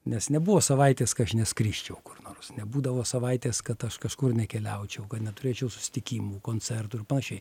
nes nebuvo savaitės kad neskrisčiau kur nors nebūdavo savaitės kad aš kažkur nekeliaučiau kad neturėčiau susitikimų koncertų ir panašiai